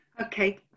okay